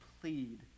plead